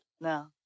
No